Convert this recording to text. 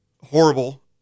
horrible